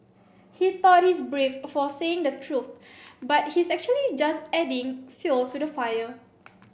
he thought he's brave for saying the truth but he's actually just adding fuel to the fire